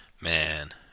Man